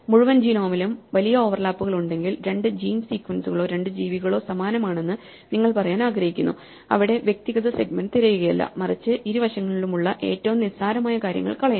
മുഴുവൻ ജീനോമിലും വലിയ ഓവർലാപ്പുകൾ ഉണ്ടെങ്കിൽ രണ്ട് ജീൻ സീക്വൻസുകളോ രണ്ട് ജീവികളോ സമാനമാണെന്ന് നിങ്ങൾ പറയാൻ ആഗ്രഹിക്കുന്നു അവിടെ വ്യക്തിഗത സെഗ്മെന്റ് തിരയുകയല്ല മറിച്ച് ഇരുവശങ്ങളിലുമുള്ള ഏറ്റവും നിസാരമായ കാര്യങ്ങൾ കളയുന്നു